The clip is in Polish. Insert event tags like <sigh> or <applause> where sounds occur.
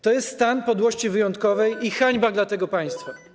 To jest stan podłości wyjątkowej <noise> i hańba dla tego państwa.